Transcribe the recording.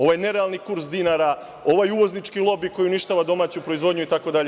Ovaj nerealni kurs dinara, ovaj uvoznički lobi koji uništava domaću proizvodnju, itd.